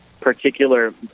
particular